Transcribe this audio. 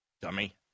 Dummy